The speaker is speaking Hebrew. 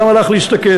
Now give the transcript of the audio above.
למה לך להסתכן?